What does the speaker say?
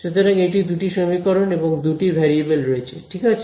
সুতরাং এটি দুটি সমীকরণ এবং দুটি ভেরিয়েবল রয়েছে ঠিক আছে